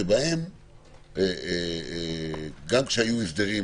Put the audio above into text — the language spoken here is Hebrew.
שבהם גם כשהיו הסדרים,